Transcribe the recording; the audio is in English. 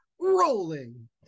rolling